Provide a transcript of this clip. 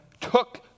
took